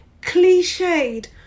cliched